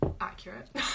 accurate